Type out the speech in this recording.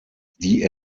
die